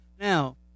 Now